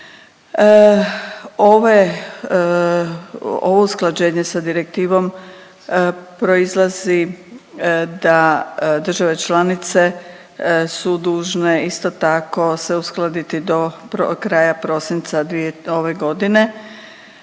ovo usklađenje sa direktivom proizlazi da države članice su dužne isto tako se uskladiti do kraja prosinca ove godine.